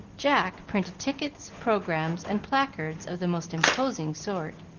jack printed tickets, programmes, and placards of the most imposing sort,